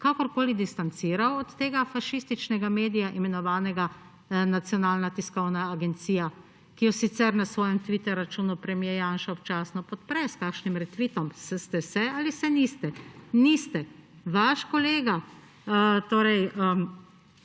kakorkoli distanciral od tega fašističnega medija, imenovanega Nacionalna tiskovna agencija, ki jo sicer na svojem Twitter računu premier Janša občasno podpre s kakšnim retvitom? Ste se ali se niste? Niste! Vaš kolega, torej